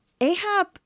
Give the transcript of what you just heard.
Ahab